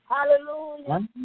Hallelujah